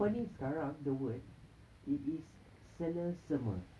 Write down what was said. kau ni sekarang the word it is selesema